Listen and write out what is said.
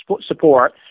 support